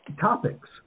topics